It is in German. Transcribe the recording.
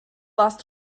warst